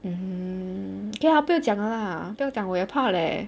mmhmm K lah 不要讲了啦不要讲我也怕 leh